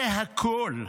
זה הכול.